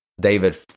David